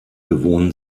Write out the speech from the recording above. bewohnen